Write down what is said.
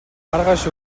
маргааш